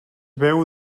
veu